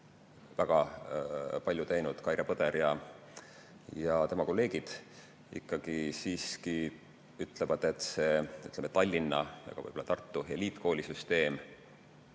väga palju teinud Kaire Põder ja tema kolleegid, siiski ütlevad, et Tallinna ja võib‑olla ka Tartu eliitkoolisüsteem